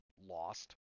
lost